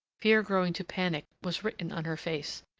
fear growing to panic was written on her face,